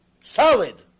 Solid